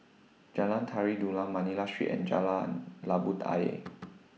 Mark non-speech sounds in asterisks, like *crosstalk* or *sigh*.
Jalan Tari Dulang Manila Street and Jalan Labu *unintelligible*